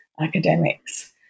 academics